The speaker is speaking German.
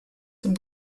zum